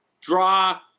draw